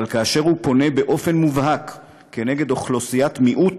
אבל כאשר הוא פונה באופן מובהק כנגד אוכלוסיית מיעוט,